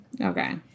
Okay